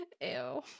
Ew